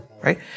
Right